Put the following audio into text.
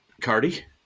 Cardi